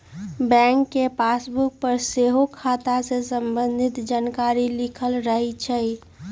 bank के passbook पर सेहो खता से संबंधित जानकारी लिखल रहै छइ